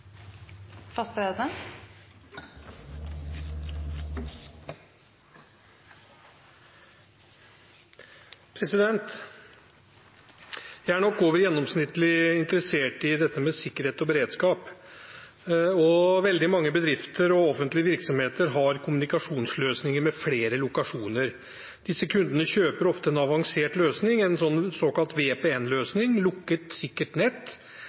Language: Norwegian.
Jeg er nok over gjennomsnittet interessert i dette med sikkerhet og beredskap, og veldig mange bedrifter og offentlige virksomheter har kommunikasjonsløsninger med flere lokasjoner. Disse kundene kjøper ofte en avansert løsning, en såkalt VPN-løsning – et lukket, sikkert nett